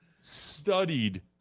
studied